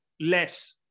less